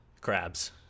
crabs